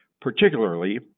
particularly